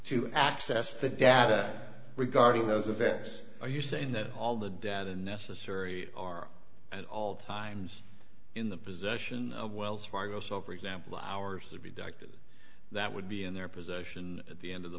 to access the data regarding those events are you saying that all the data necessary are at all times in the possession of wells fargo so for example ours to be deducted that would be in their possession at the end of the